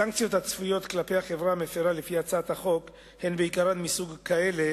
הסנקציות הצפויות כלפי החברה המפירה לפי הצעת החוק הן בעיקרן מסוג כאלה